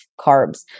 carbs